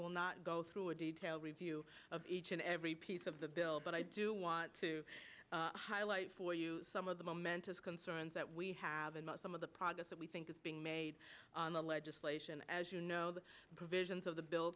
will not go through a detail review of each and every piece of the bill but i do want to highlight for you some of the momentous concerns that we have about some of the progress that we think is being made on the legislation as you know the provisions of the bill